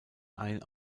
ein